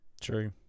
True